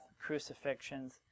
crucifixions